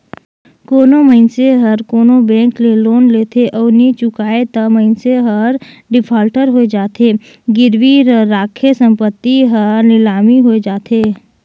कोनो मइनसे हर कोनो बेंक ले लोन लेथे अउ नी चुकाय ता मइनसे हर डिफाल्टर होए जाथे, गिरवी रराखे संपत्ति हर लिलामी होए जाथे